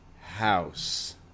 house